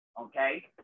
Okay